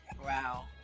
Wow